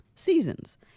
seasons